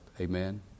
Amen